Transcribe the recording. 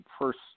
first